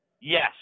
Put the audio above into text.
Yes